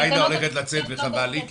עאידה הולכת לצאת וחבל לי,